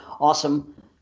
Awesome